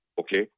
okay